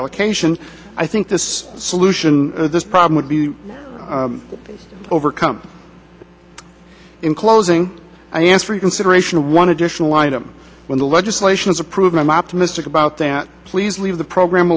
allocation i think this solution to this problem would be overcome in closing i answered consideration of one additional item when the legislation is approved i'm optimistic about that please leave the program